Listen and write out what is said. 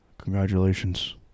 Congratulations